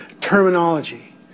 terminology